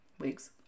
wigs